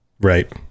Right